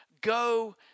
go